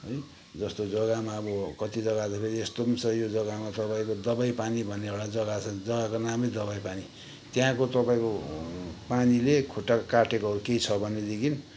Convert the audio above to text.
है जस्तो जग्गामा अब कति जग्गा त फेरि यस्तो पनि छ यो जग्गामा तपाईँको दबाईपानी भन्ने एउटा जग्गा छ जग्गाको नामै दबाईपानी त्यहाँको तपाईँको पानीले खुट्टा काटेकोहरू केही छ भनेदेखि